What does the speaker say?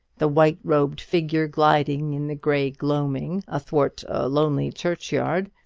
the white-robed figure gliding in the grey gloaming athwart a lonely churchyard,